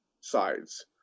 sides